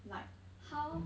like how